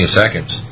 seconds